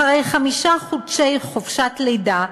אחרי חמישה חודשי חופשת לידה,